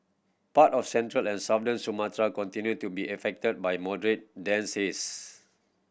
part of central and southern Sumatra continue to be affected by moderate dense haze